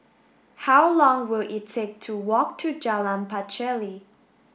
how long will it take to walk to Jalan Pacheli